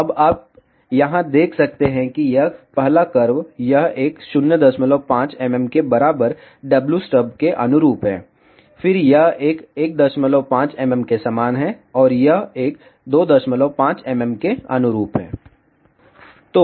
अब आप यहां देख सकते हैं यह पहला कर्व यह एक 05 mm के बराबर wstub के अनुरूप है फिर यह एक 15 mm के समान है और यह एक 25 mm के अनुरूप है